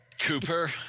Cooper